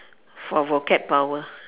for vocab power